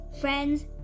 friends